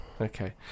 Okay